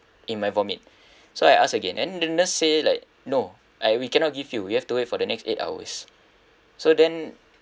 in my vomit so I asked again then the nurse say like no uh we cannot give you you have to wait for the next eight hours so then